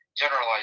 generalize